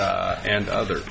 u and other